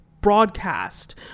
broadcast